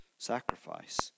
Sacrifice